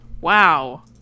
wow